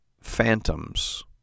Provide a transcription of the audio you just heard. phantoms